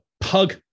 pug